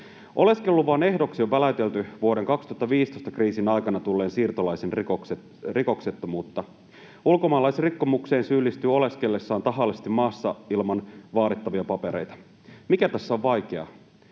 Oleskeluluvan ehdoksi on väläytelty vuoden 2015 kriisin aikana tulleen siirtolaisen rikoksettomuutta. Ulkomaalaisrikkomukseen syyllistyy oleskellessaan tahallisesti maassa ilman vaadittavia papereita. Mikä tässä on vaikeaa?